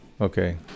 okay